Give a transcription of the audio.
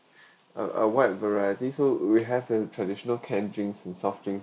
a a wide variety so we have the traditional canned drinks and soft drink